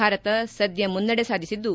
ಭಾರತ ಸದ್ಯ ಮುನ್ನಡೆ ಸಾಧಿಸಿದ್ದು